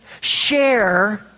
share